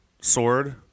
sword